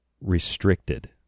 restricted